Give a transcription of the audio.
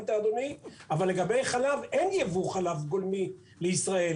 אבל לגבי חלב אין ייבוא חלב גולמי לישראל.